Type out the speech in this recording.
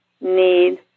need